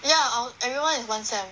ya all everyone is one sem